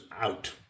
out